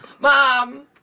Mom